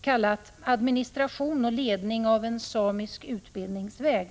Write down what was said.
kallat Administration och ledning av en samisk utbildningsväg.